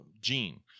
gene